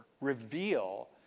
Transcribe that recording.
reveal